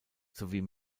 sowie